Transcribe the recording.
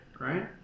right